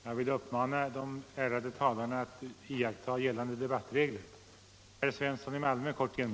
Jag vill anmoda de ärade talarna att iaktta gällande regler för repliktid.